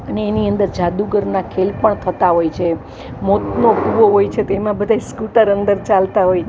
અને એની અંદર જાદુગરના ખેલ પણ થતા હોય છે મોતનો કૂવો હોય છે તેમાં બધાં સ્કૂટર અંદર ચાલતાં હોય